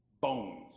Bones